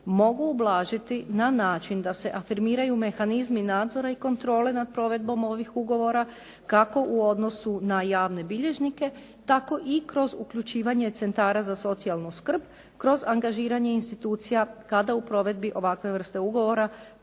mogu ublažiti na način da se afirmiraju mehanizmi nadzora i kontrole nad provedbom ovih ugovora, kako u odnosu na javne bilježnike tako i kroz uključivanje centara za socijalnu skrb, kroz angažiranje institucija kada u provedbi ovakve vrste ugovora